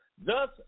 Thus